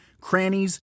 crannies